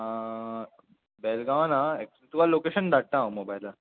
बेलगांवा ना एक्चुली तुका लोकेशन धाडटा हांव मोबायलार